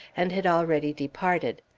and had already departed.